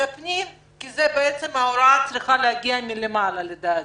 הפנים כי ההוראה בעצם צריכה להגיע מלמעלה לדעתי.